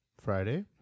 Friday